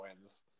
wins